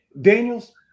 Daniels